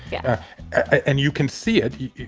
yeah and you can see it